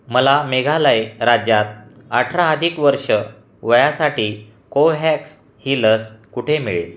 मला मेघालय राज्यात अठरा अधिक वर्ष वयासाठी कोव्हॅक्स ही लस कुठे मिळेल